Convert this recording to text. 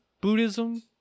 Buddhism